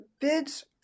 bids